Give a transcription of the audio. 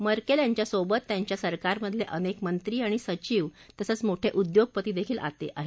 Merkel यांच्या सोबत त्यांच्या सरकारमधील अनेक मंत्री आणि सचिव तसच मोठे उद्योगपती देखील आले आहेत